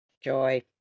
Joy